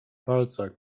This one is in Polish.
palcach